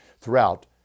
throughout